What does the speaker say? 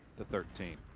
the thirteen.